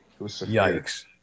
Yikes